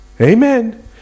Amen